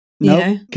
No